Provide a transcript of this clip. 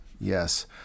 yes